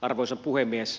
arvoisa puhemies